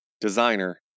designer